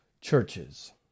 churches